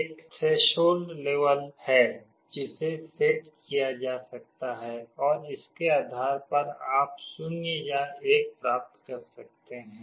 एक threshold level है जिसे सेट किया जा सकता है और इसके आधार पर आप 0 या 1 प्राप्त कर सकते हैं